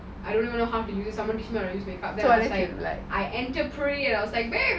I don't even know how to use